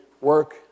work